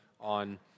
on